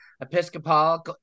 Episcopal